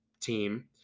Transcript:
team